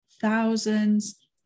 thousands